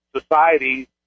society